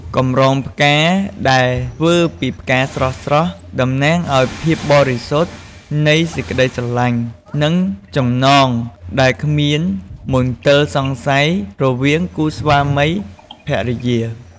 កម្រងផ្កាដែលធ្វើពីផ្កាស្រស់ៗ តំណាងឱ្យភាពបរិសុទ្ធនៃសេចក្តីស្រឡាញ់ និងចំណងដែលគ្មានមន្ទិលសង្ស័យរវាងគូស្វាមីភរិយា។